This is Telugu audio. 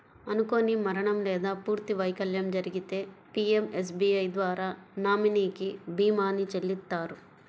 అనుకోని మరణం లేదా పూర్తి వైకల్యం జరిగితే పీయంఎస్బీఐ ద్వారా నామినీకి భీమాని చెల్లిత్తారు